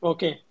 Okay